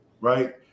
Right